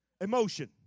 emotion